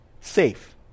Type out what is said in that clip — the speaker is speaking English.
safe